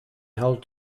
held